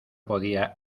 podía